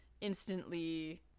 instantly